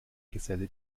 geselle